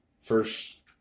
first